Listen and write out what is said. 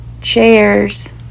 chairs